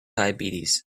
diabetes